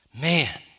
Man